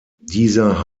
dieser